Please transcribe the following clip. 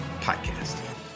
podcast